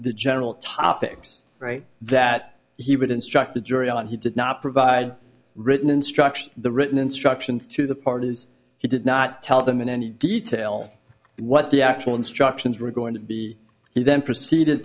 the general topics right that he would instruct the jury and he did not provide written instruction the written instructions to the parties he did not tell them in any detail what the actual instructions were going to be he then proceeded